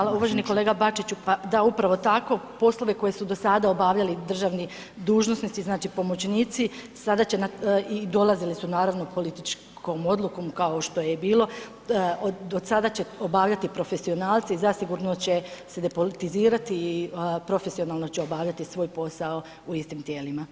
Hvala. uvaženi kolega Bačiću, pa da upravo tako, poslove koje su do sada obavljali državni dužnosnici, znači pomoćnici, sada će i dolazili su naravno političkom odukom kao što je i bilo, do sada će obavljati profesionalci, zasigurno će se depolitizirati i profesionalno će obavljati svoj posao u istim tijelima.